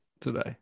today